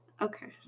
Okay